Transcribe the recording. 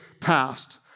passed